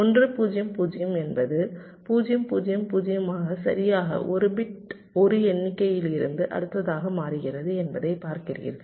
1 0 0 என்பது 0 0 0 ஆக சரியாக ஒரு பிட் ஒரு எண்ணிக்கையிலிருந்து அடுத்ததாக மாறுகிறது என்பதை பார்க்கிறீர்கள்